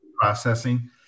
Processing